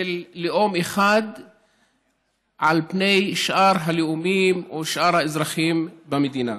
של לאום אחד על פני שאר הלאומים או שאר האזרחים במדינה.